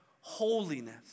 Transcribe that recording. holiness